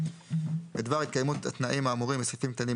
בדבר התקיימות התנאים האמורים בסעיפים קטנים